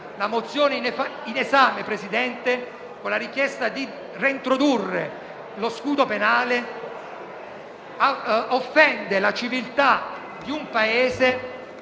del giorno in esame, con la richiesta di reintrodurre lo scudo penale, offende la civiltà di un Paese